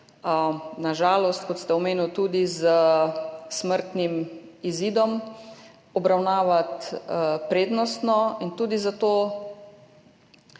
na žalost, kot ste omenili, tudi s smrtnim izidom – obravnavati prednostno. Tudi zato